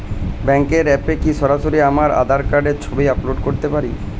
ব্যাংকের অ্যাপ এ কি সরাসরি আমার আঁধার কার্ড র ছবি আপলোড করতে পারি?